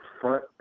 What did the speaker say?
front